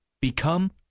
Become